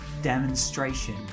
demonstration